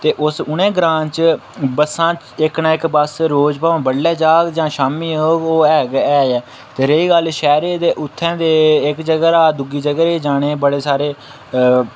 ते उस उनें ग्रांऽ च बस्सां इक न इक बस रोज भामें बडलै जाह्ग जां शामी औग ओह् ऐ गै ऐ ते रेही गल्ल शैह्र दी आह्ली ते उत्थें इक जगह् दा दुए जगह् दी जाने दे बड़े सारे